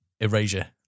Erasure